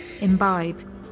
imbibe